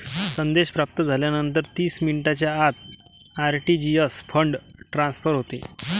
संदेश प्राप्त झाल्यानंतर तीस मिनिटांच्या आत आर.टी.जी.एस फंड ट्रान्सफर होते